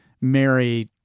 Mary